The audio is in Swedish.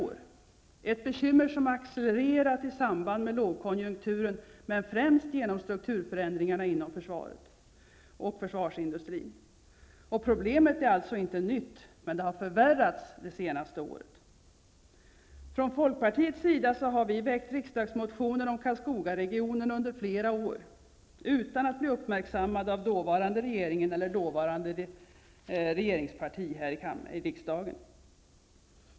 Det är ett bekymmer som accelererat i samband med lågkonjunkturen, men främst genom strukturförändringarna inom försvaret och försvarsindustrin. Problemet är alltså inte nytt, men det har förvärrats det senaste året. Från folkpartiets sida har vi väckt riksdagsmotioner om Karlskogaregionen under flera år, utan att bli uppmärksammade av dåvarande regering eller dåvarande regeringsparti här i riksdagen.